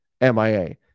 MIA